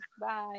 bye